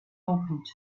opened